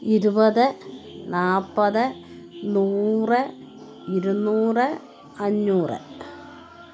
ഇരുപത് നാൽപ്പത് നൂറ് ഇരുനൂറ് അഞ്ഞൂറ്